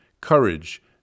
courage